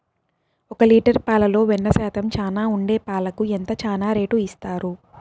ఒక లీటర్ పాలలో వెన్న శాతం చానా ఉండే పాలకు ఎంత చానా రేటు ఇస్తారు?